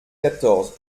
quatorze